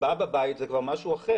הצבעה בבית, זה כבר משהו אחר.